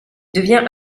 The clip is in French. devient